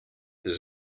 this